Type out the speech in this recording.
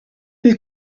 who